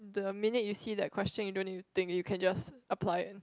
the minute you see that question you don't have to think already you can just apply